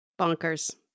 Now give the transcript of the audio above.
Bonkers